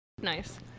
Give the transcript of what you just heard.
Nice